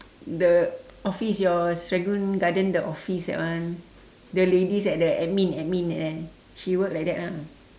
the office your serangoon garden the office that one the ladies at the admin admin there she work like that lah